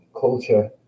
culture